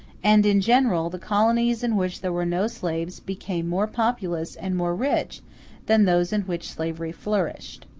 and in general, the colonies in which there were no slaves became more populous and more rich than those in which slavery flourished.